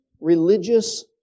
religious